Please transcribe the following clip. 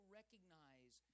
recognize